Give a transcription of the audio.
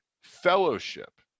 fellowship